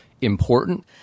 important